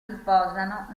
riposano